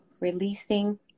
releasing